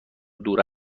دور